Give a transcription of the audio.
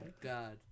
God